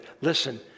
listen